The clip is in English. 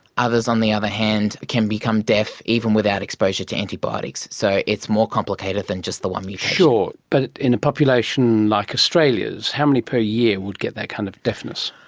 others, on the other hand, can become deaf even without exposure to antibiotics. so it's more complicated than just the one mutation. sure, but in a population like australia's, how many per year would get that kind of deafness?